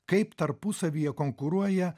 kaip tarpusavyje konkuruoja